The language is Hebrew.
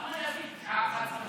כן, גם אני שואל שאלת המשך, ממקומי.